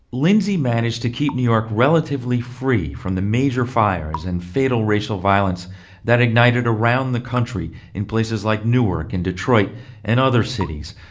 lindsay managed to keep new york relatively free from the major fires and fatal racial violence that ignited around the country in places like newark and detroit and other cities.